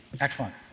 Excellent